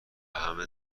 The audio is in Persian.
همه